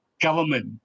government